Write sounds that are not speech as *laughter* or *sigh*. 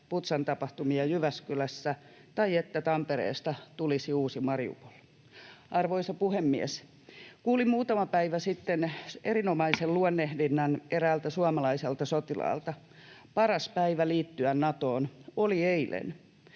Butšan tapahtumia Jyväskylässä tai että Tampereesta tulisi uusi Mariupol. Arvoisa puhemies! Kuulin muutama päivä sitten erinomaisen *noise* luonnehdinnan eräältä suomalaiselta sotilaalta: ”Paras päivä liittyä Natoon oli eilen.”